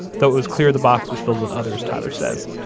though it was clear the box was filled with others, tyler says.